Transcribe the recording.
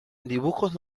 dibujos